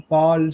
Paul